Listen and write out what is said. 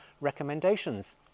recommendations